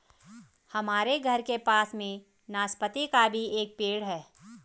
हमारे घर के पास में नाशपती का भी एक पेड़ है